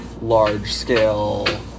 large-scale